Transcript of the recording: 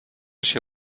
się